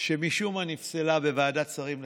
שמשום מה נפסלה בוועדת שרים לחקיקה,